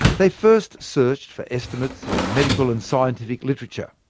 they first searched for estimates in the medical and scientific literature.